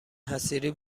حصیری